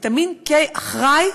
הוויטמין K אחראי